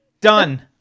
done